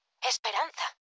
esperanza